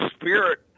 Spirit